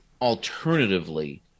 Alternatively